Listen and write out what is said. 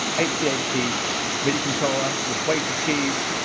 eighty eight key midi controller with weighted keys,